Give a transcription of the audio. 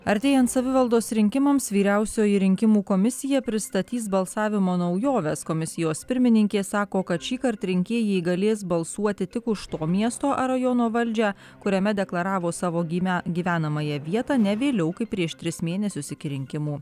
artėjant savivaldos rinkimams vyriausioji rinkimų komisija pristatys balsavimo naujoves komisijos pirmininkė sako kad šįkart rinkėjai galės balsuoti tik už to miesto ar rajono valdžią kuriame deklaravo savo gimę gyvenamąją vietą ne vėliau kaip prieš tris mėnesius iki rinkimų